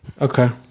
Okay